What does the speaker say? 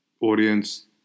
audience